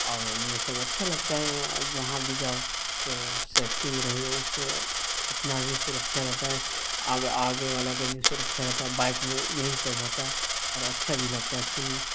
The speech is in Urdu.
اور یہ سب اچھا لگتا ہے جہاں بھی جاؤ تو سیپٹی میں رہیے اس سے اپنا بھی سرکشا رہتا ہے آگے آگے والا کا بھی سرکشا رہتا ہے بائک میں یہی سب ہوتا ہے اور اچھا بھی لگتا ہے سن